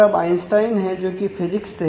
Einstein से हैं